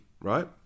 right